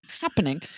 happening